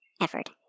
effort